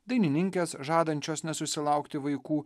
dainininkės žadančios nesusilaukti vaikų